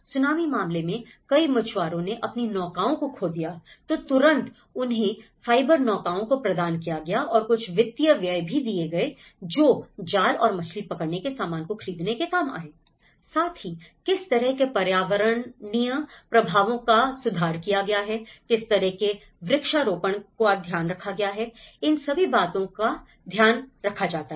tsunami मामले में कई मछुआरों ने अपनी नौकाओं को खो दिया है तो तुरंत उन्हें फाइबर नौकाओं को प्रदान किया गया और कुछ वित्तीय व्यय भी दिए गए जो जाल और मछली पकड़ने के सामान को खरीदने के काम आएI साथ ही किस तरह के पर्यावरणीय प्रभावों का सुधार किया गया है किस तरह के वृक्षारोपण का ध्यान रखा गया है इन सभी बातों का ध्यान रखा जाता है